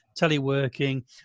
teleworking